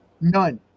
None